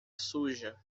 suja